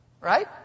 Right